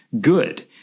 good